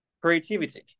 creativity